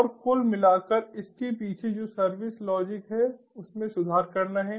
और कुल मिलाकर इसके पीछे जो सर्विस लॉजिक है उसमें सुधार करना है